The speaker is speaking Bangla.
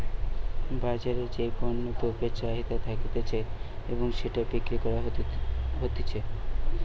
বাজারে যেই পণ্য দ্রব্যের চাহিদা থাকতিছে এবং সেটা বিক্রি করা হতিছে